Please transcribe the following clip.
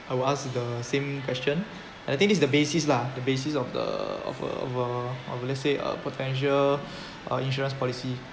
I will ask the same question and I think this is the basis lah the basis of the of uh of let's say a potential uh insurance policy